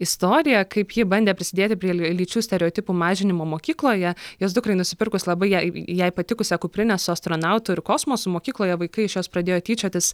istorija kaip ji bandė prisidėti prie ly lyčių stereotipų mažinimo mokykloje jos dukrai nusipirkus labai jai jai patikusią kuprinę su astronautu ir kosmosu mokykloje vaikai iš jos pradėjo tyčiotis